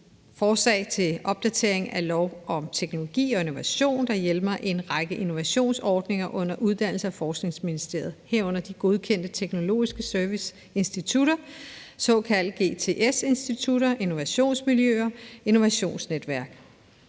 forslag til opdatering af lov om teknologi og innovation, der hjemler en række innovationsordninger under Uddannelses- og Forskningsministeriet, herunder de godkendte teknologiske serviceinstitutter, altså de såkaldte GTS-institutter, innovationsmiljøer og innovationsnetværk.